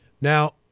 Now